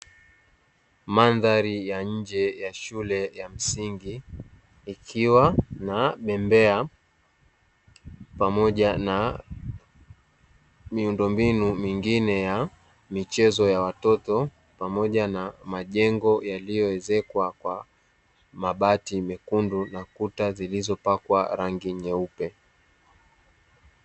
Mandhari ya nje ya shule za msingi vikiwa na bembea pamoja na miundombinu mingine ya michezo ya watoto pamoja na majengo yaliyoezekwa kwa mabati mekundu na kuta zilizopakwa rangi nyeupe.